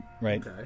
right